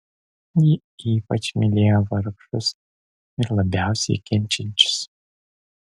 ji ypač mylėjo vargšus ir labiausiai kenčiančius